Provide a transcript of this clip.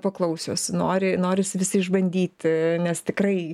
paklausios nori norisi visi išbandyti nes tikrai